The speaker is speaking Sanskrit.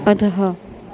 अधः